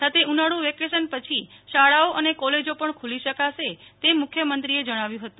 સાથે ઉનાળુ વેકેશન પછી શાળાઓ અને કોલેજો પણ ખુલ્લી શકાશે તેમ મુખ્યમંત્રીએ જણાવ્યું હતું